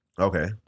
Okay